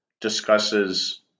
discusses